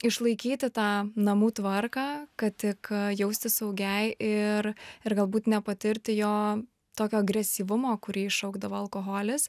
išlaikyti tą namų tvarką kad tik jaustis saugiai ir ir galbūt nepatirti jo tokio agresyvumo kurį iššaukdavo alkoholis